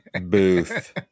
Booth